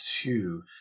two